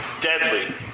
deadly